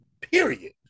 period